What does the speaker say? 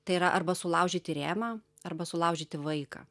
tai yra arba sulaužyti rėmą arba sulaužyti vaiką